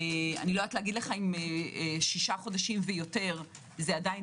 אני לא יודעת לומר אם שישה חודשים ויותר זה עדיין